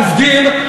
יזמים,